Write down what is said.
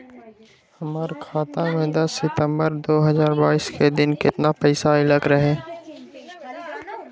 हमरा खाता में दस सितंबर दो हजार बाईस के दिन केतना पैसा अयलक रहे?